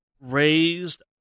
Raised